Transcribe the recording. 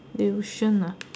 tuition nah